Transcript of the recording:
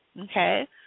Okay